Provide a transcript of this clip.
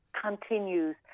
continues